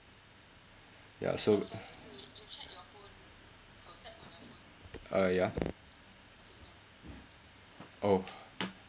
ya so uh yeah oh